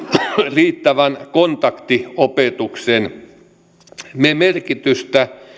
riittävän kontaktiopetuksen merkitystä